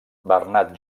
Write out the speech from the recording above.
bernat